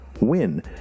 win